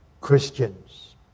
Christians